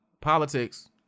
politics